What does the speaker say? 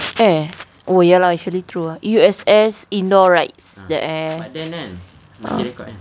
eh oh ya lah actually true ah U_S_S indoor rides jap eh